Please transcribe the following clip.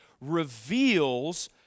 reveals